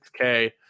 6K